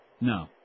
No